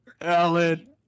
alan